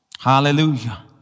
Hallelujah